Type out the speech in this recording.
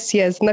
yes